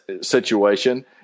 situation